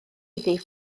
iddi